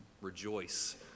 rejoice